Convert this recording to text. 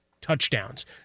touchdowns